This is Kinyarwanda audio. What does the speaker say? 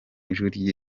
ijwi